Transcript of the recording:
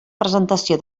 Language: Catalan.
presentació